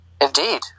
Indeed